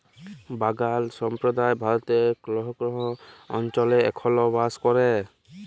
বাগাল সম্প্রদায় ভারতেল্লে কল্হ কল্হ অলচলে এখল বাস ক্যরে